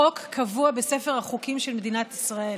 חוק קבוע בספר החוקים של מדינת ישראל.